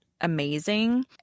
amazing